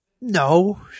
No